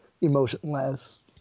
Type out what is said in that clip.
emotionless